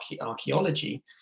archaeology